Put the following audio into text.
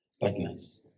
Partners